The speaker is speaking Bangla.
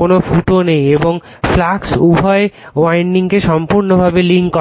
কোন ফুটো নেই এবং ফ্লাক্স উভয় উইন্ডিংকে সম্পূর্ণভাবে লিঙ্ক করে